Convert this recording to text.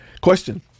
Question